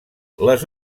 les